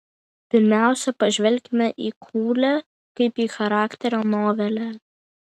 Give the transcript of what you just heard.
pirmiausia pažvelkime į kūlę kaip į charakterio novelę